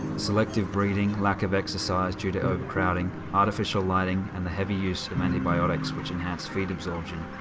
selective breeding, lack of exercise due to overcrowding, artificial lighting and the heavy use of antibiotics which enhance feed absorption,